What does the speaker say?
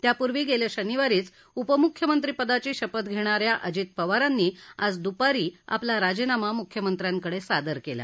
त्यापूर्वी गेल्या शनिवारीच उपमुख्यमंत्रीपदाची शपथ घेणा या अजित पवारांनी आज दुपारी आपला राजीनामा मुख्यमंत्र्यांकडे सादर केला